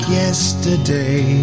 yesterday